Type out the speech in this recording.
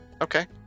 Okay